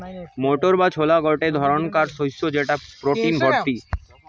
motor বা ছোলা গটে ধরণকার শস্য যেটা প্রটিনে ভর্তি